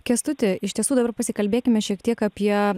kęstuti iš tiesų dabar pasikalbėkime šiek tiek apie